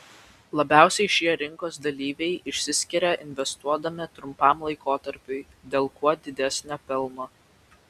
labiausiai šie rinkos dalyviai išsiskiria investuodami trumpam laikotarpiui dėl kuo didesnio pelno